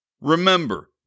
Remember